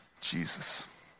Jesus